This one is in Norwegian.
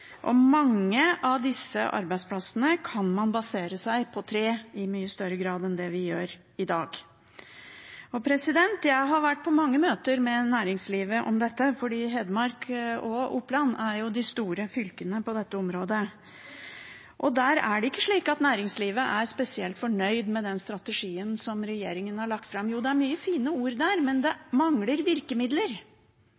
mange av disse arbeidsplassene kan man basere seg på tre i mye større grad enn vi gjør i dag. Jeg har vært på mange møter med næringslivet om dette, for Hedmark og Oppland er jo de store fylkene på dette området. Der er det ikke slik at næringslivet er spesielt fornøyd med den strategien som regjeringen har lagt fram. Ja, det er mye fine ord der, men det